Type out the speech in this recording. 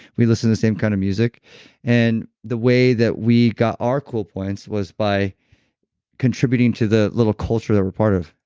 we listened to the same kind of music and the way that we got our cool points was by contributing to the little culture that we're part of.